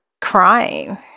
crying